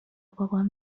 بابام